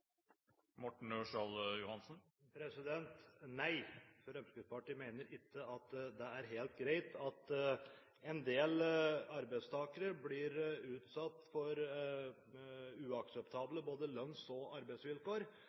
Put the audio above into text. Nei. Fremskrittspartiet mener ikke at det er helt greit at en del arbeidstakere blir utsatt for uakseptable lønns- og arbeidsvilkår.